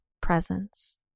presence